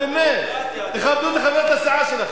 באמת, תכבדו את חברת הסיעה שלכם.